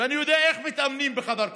ואני יודע איך מתאמנים בחדר כושר.